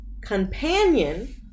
Companion